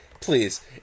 Please